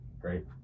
great